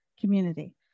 community